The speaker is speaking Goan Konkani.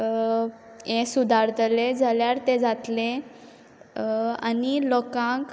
हें सुदारतलें जाल्यार तें जातलें आनी लोकांक